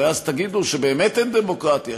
הרי אז תגידו שבאמת אין דמוקרטיה,